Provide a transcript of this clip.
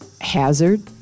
hazard